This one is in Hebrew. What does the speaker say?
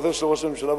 עוזר ראש הממשלה,